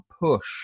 push